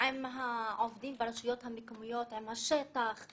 עם העובדים ברשויות המקומיות, עם השטח?